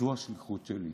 זאת השליחות שלי.